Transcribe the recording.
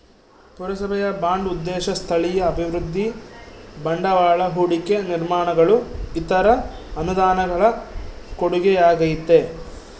ಪುರಸಭೆಯ ಬಾಂಡ್ ಉದ್ದೇಶ ಸ್ಥಳೀಯ ಅಭಿವೃದ್ಧಿ ಬಂಡವಾಳ ಹೂಡಿಕೆ ನಿರ್ಮಾಣಗಳು ಇತರ ಅನುದಾನಗಳ ಕೊಡುಗೆಯಾಗೈತೆ